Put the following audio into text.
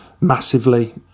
massively